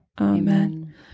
Amen